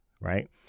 right